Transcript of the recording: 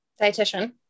dietitian